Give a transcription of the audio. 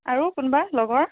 আৰু কোনোবা লগৰ